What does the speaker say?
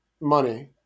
money